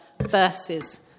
verses